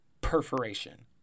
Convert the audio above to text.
perforation